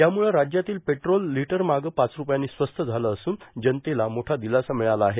यामुळं राज्यातील पेट्रोल लिटरमागं पाच ठुपयांनी स्वस्त झाले असून जनतेला मोठा दिलासा मिळाला आहे